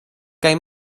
kaj